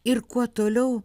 ir kuo toliau